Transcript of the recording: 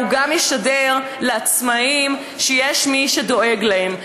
הוא גם ישדר לעצמאים שיש מי שדואג להם,